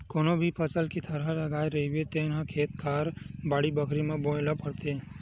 कोनो भी फसल के थरहा लगाए रहिबे तेन ल खेत खार, बाड़ी बखरी म बोए ल परथे